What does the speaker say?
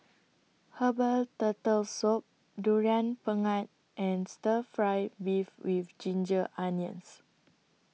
Herbal Turtle Soup Durian Pengat and Stir Fry Beef with Ginger Onions